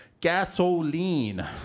Gasoline